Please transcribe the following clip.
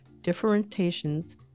differentiations